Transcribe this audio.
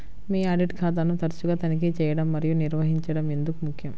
మీ audit ఖాతాను తరచుగా తనిఖీ చేయడం మరియు నిర్వహించడం ఎందుకు ముఖ్యం?